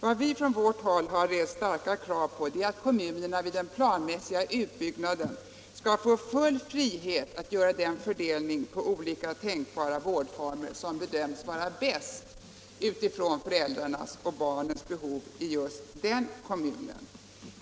Vad vi ifrån vårt håll har rest starka krav på är att varje kommun vid den planmässiga utbyggnaden skall få full frihet att göra den fördelning på olika tänkbara vårdformer som bedöms vara bäst utifrån föräldrarnas och barnens behov i just den kommunen.